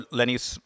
Lenny's